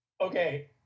okay